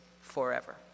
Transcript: forever